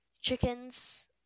chickens